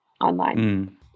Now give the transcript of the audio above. online